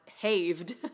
haved